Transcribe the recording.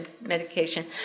medication